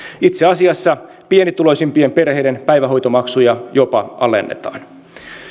itse asiassa pienituloisimpien perheiden päivähoitomaksuja jopa alennetaan